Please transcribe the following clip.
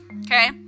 Okay